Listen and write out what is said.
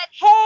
hey